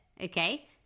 okay